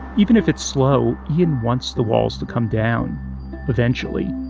even if it's slow, ian wants the walls to come down eventually.